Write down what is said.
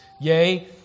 Yea